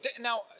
Now